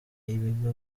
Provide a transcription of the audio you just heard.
y’ibigo